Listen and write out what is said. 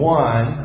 one